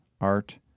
art